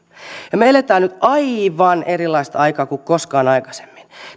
me elämme nyt aivan erilaista aikaa kuin koskaan aikaisemmin